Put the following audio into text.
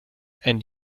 and